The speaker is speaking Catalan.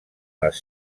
les